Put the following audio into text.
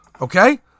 Okay